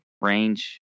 range